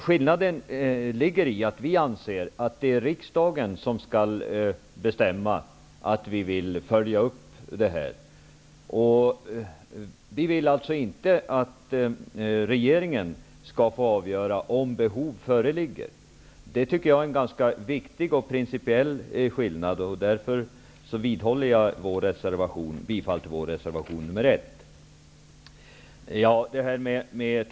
Skillnaden ligger i att vi anser att det är riksdagen som skall bestämma om vi vill göra en uppföljning. Vi vill alltså inte att regeringen skall få avgöra om behov föreligger. Det tycker jag är en ganska viktig och principiell skillnad. Därför vidhåller jag yrkandet om bifall till vår reservation nr 1.